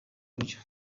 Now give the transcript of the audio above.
buryo